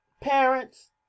parents